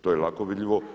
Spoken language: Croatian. To je lako vidljivo.